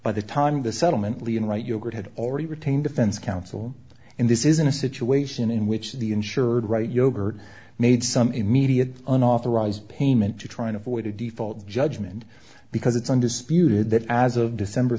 by the time of the settlement leon wright yogurt had already retained defense counsel and this isn't a situation in which the insured right yogurt made some immediate unauthorized payment to try and avoid a default judgment because it's undisputed that as of december